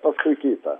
paskui kitą